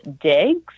Digs